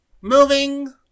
Moving